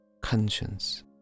conscience